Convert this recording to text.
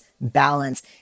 balance